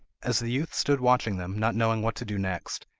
as the youth stood watching them, not knowing what to do next,